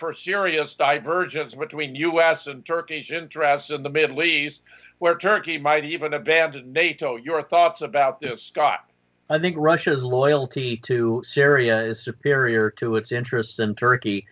for a serious divergence between u s and turkish interests in the middle east where turkey might even abandon nato your thoughts about the scott i think russia has loyalty to syria is superior to its interests in turkey